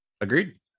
Agreed